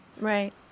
Right